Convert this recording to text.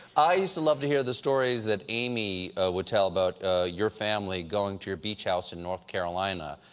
i used to love to hear the stories that amy would tell about your family going to your beach house in north carolina.